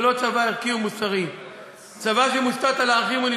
ולא לצבא ערכי ומוסרי,